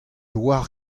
oar